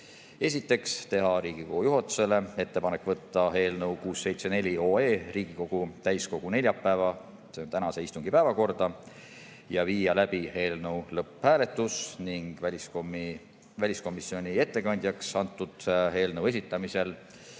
otsused: teha Riigikogu juhatusele ettepanek võtta eelnõu 674 Riigikogu täiskogu neljapäevase ehk tänase istungi päevakorda ja viia läbi eelnõu lõpphääletus, ning väliskomisjoni ettekandjaks eelnõu esitamisel